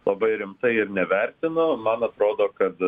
labai rimtai ir nevertino man atrodo kad